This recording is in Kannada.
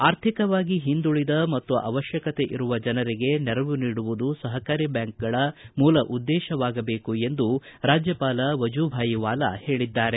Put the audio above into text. ಆರ್ಥಿಕವಾಗಿ ಹಿಂದುಳದ ಮತ್ತು ಅವಶ್ಯಕತೆ ಇರುವ ಜನರಿಗೆ ನೆರವು ನೀಡುವುದು ಸಹಕಾರಿ ಬ್ಯಾಂಕ್ಗಳ ಮೂಲ ಉದ್ದೇಶವಾಗಬೇಕು ಎಂದು ರಾಜ್ಯಪಾಲ ವಜುಭಾಯವಾಲಾ ಹೇಳಿದ್ದಾರೆ